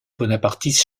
bonapartistes